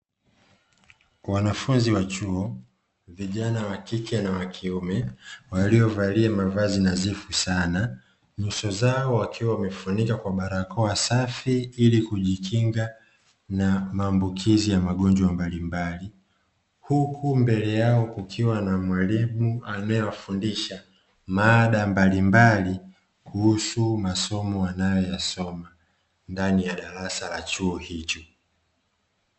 Wanafunzi wa chuo vijana wa kike na wa kiume waliovalia mavazi nadhifu sana nyuso zao wakiwa wamefunika kwa barakoa safi ili kujikinga na maambukizi ya magonjwa mbalimbali, huku mbele yao kukiwa na mwalimu anaewafundisha maada mbalimbali kuhusu masomo wanayoyasoma ndani ya darasa la chuo hicho.